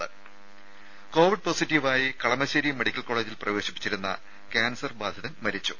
രുമ കോവിഡ് പോസിറ്റീവായി കളമശേരി മെഡിക്കൽ കോളജിൽ പ്രവേശിപ്പിച്ചിരുന്ന കാൻസർ ബാധിതൻ മരിച്ചു